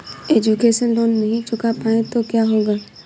Education loan नहीं चुका पाए तो क्या होगा?